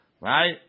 Right